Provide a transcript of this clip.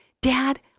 Dad